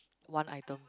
one item